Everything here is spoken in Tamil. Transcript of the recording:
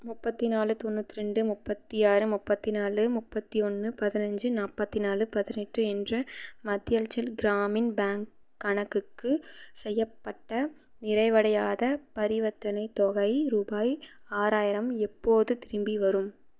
முப்பத்தி நாலு தொண்ணூத்திரெண்டு முப்பத்தி ஆறு முப்பத்தி நாலு முப்பத்தி ஒன்று பதினஞ்சு நாற்பத்தி நாலு பதினெட்டு என்ற மத்தியான்ச்சல் கிராமின் பேங்க் கணக்குக்கு செய்யப்பட்ட நிறைவடையாத பரிவர்த்தனைத் தொகை ரூபாய் ஆறாயிரம் எப்போது திரும்பிவரும்